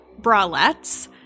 bralettes